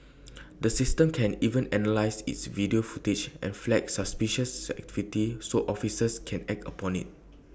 the system can even analyse its video footage and flag suspicious activity so officers can act upon IT